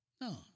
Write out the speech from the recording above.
No